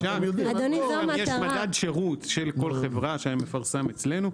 יש מדד שירות של כל חברה שמפרסם אצלנו.